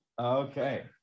okay